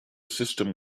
system